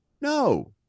no